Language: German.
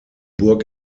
burg